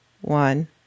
one